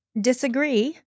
disagree